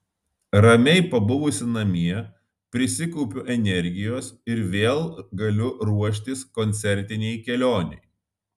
ramiai pabuvusi namie prisikaupiu energijos ir vėl galiu ruoštis koncertinei kelionei